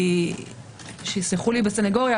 שיסלחו לי בסנגוריה,